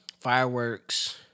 Fireworks